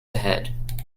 ahead